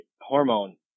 hormone